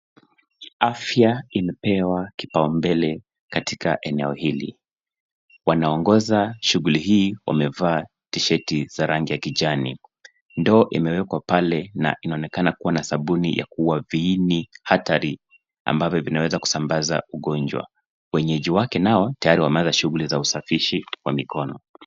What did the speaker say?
Afya imepewa kipaumbele katika eneo hili. Wanaoongoza shughuli hili wamevaa tisheti za rangi ya kijani, ndoo imewekwa pale na inaonekana kuwa na sabuni ya kuua viini hatari ambavyo vinaweza kusambaza ugonjwa. Wenyeji wake nao tayari wameanza shughuli za usafishaji wa mikono.